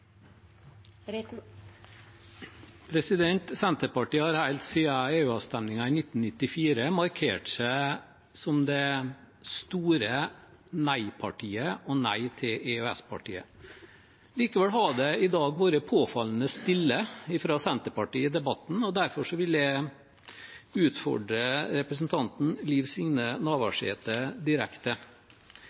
Senterpartiet har helt siden EU-avstemningen i 1994 markert seg som det store nei-partiet og nei-til-EØS-partiet. Likevel har det i dag vært påfallende stille fra Senterpartiet i debatten, og derfor vil jeg utfordre representanten Liv Signe Navarsete direkte.